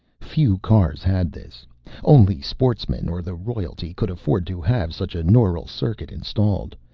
few cars had this only sportsmen or the royalty could afford to have such a neural circuit installed.